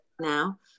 now